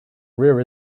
rear